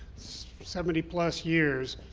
seventy plus years,